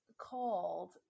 Called